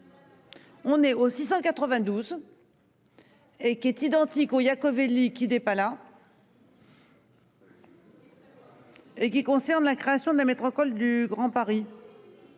On est au 692.-- Et qui est identique au Iacovelli qui n'est pas là. Et qui concerne la création de la métropole du Grand Paris.--